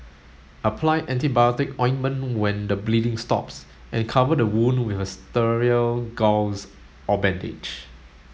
apply antibiotic ointment when the bleeding stops and cover the wound with a sterile gauze or bandage